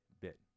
bit